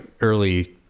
early